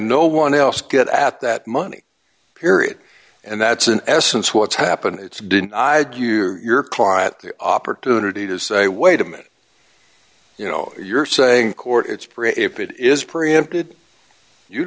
no one else get at that money period and that's in essence what's happened it's didn't i give you your client the opportunity to say wait a minute you know you're saying court it's if it is preempted you